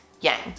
yang